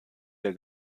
der